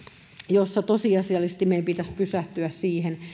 jossa tosiasiallisesti meidän pitäisi pysähtyä siihen